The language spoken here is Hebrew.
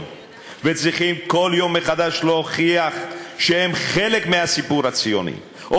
וצריכים כל יום מחדש להוכיח שהם חלק מהסיפור הציוני,